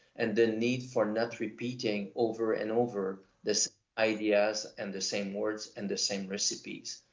and the need for not repeating over and over this ideas and the same words and the same recipes.